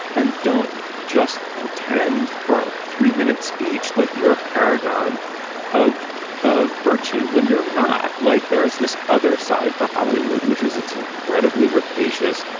and don't just pretend for three minute speech like you're a paragon of of virtue when you're not like there's this other side to hollywood, which is its incredibly rapacious,